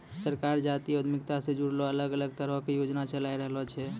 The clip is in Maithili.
सरकार जातीय उद्यमिता से जुड़लो अलग अलग तरहो के योजना चलैंते रहै छै